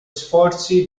sforzi